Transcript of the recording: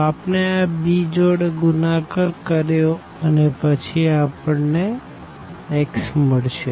તો આપણે આ b જોડે ગુણાકાર કર્યો અને પછી આપણને x મળશે